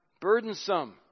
burdensome